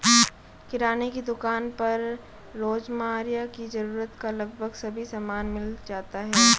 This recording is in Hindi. किराने की दुकान पर रोजमर्रा की जरूरत का लगभग सभी सामान मिल जाता है